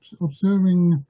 observing